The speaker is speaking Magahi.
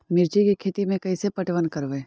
मिर्ची के खेति में कैसे पटवन करवय?